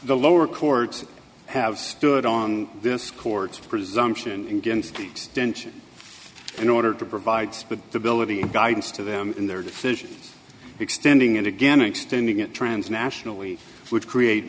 the lower court have stood on this court presumption against the tension in order to provide the ability guidance to them in their decisions extending it again extending it trans national we would create